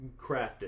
crafted